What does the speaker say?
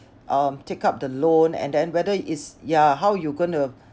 um take up the loan and then whether it's yeah how you going to